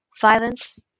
violence